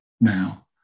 now